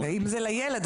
אם זה לילד,